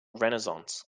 renaissance